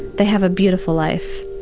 they have a beautiful life.